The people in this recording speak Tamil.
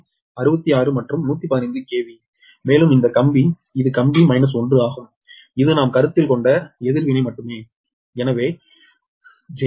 6 மற்றும் 115 KV மேலும் இந்த கம்பி இது கம்பி 1 ஆகும் இது நாம் கருத்தில் கொண்ட எதிர்வினை மட்டுமேஎனவே j120Ω